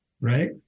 right